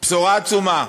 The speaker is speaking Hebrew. בשורה עצומה.